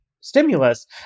stimulus